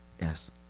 Yes